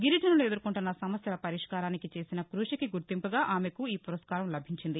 గిరిజనులు ఎదుర్కొంటున్న సమస్యల పరిష్కారానికి చేసిన క్బషికి గుర్తింపుగా ఆమెకు ఈ పురస్కారం లభించింది